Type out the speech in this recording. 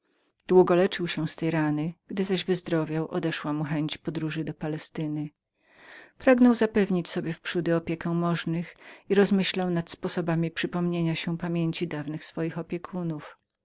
długo leczył się z tej rany gdy zaś wyzdrowiał odeszła mu chęć podróży do palestyny w tym bowiem razie pragnął przynajmniej zapewnić sobie wprzódy opiekę możnych i rozmyślał nad sposobami przypomnienia się pamięci dawnych swoich opiekunów